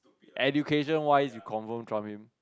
education wise you confirm trump him